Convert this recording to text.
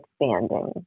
expanding